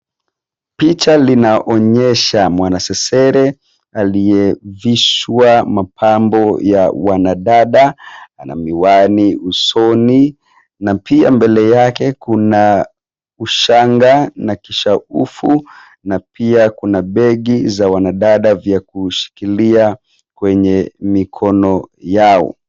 Picha linaonyesha mwanasesere aliyevishwa mapambo ya wanadada. Ana miwani usoni na pia mbele yake kuna ushanga na kishaufu na pia kuna begi za wanadada vya kushikilia kwenye mikono yao.